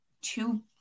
two